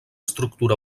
estructura